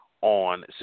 on